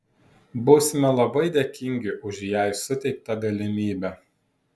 būsime labai dėkingi už jai suteiktą galimybę